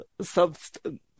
substance